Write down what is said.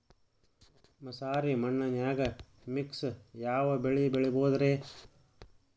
ಮಸಾರಿ ಮಣ್ಣನ್ಯಾಗ ಮಿಕ್ಸ್ ಯಾವ ಬೆಳಿ ಬೆಳಿಬೊದ್ರೇ?